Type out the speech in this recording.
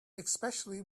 especially